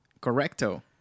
Correcto